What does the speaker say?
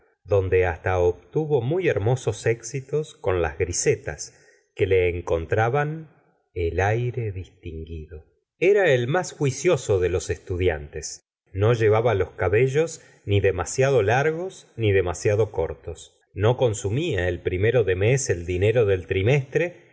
donde hasta obtuvo muy hermosos éxitos con las griseta s que le encontraban el aire dis tinguido era el más juicioso de los estudiantes no llevaba los cabellos ni demasiado largos ni demasiado cortos no consumía el primero de mes el dinero del trimestre